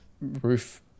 roof